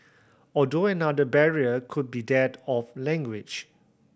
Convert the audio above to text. although another barrier could be that of language